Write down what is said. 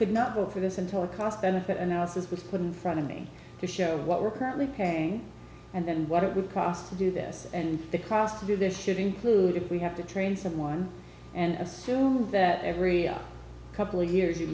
could not go for this entire cost benefit analysis was put in front of me to show what we're currently paying and what it would cost to do this and the cost to do this should include if we have to train someone and assume that every couple of years you